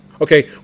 Okay